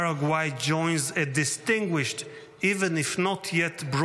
Paraguay joins a distinguished even if not yet broad